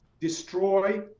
destroy